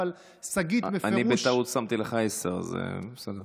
שגית בפירוש, אני בטעות שמתי לך עשר, אז זה בסדר.